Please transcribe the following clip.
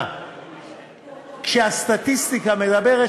חברי כנסת נכבדים,